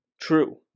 true